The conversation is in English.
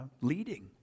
leading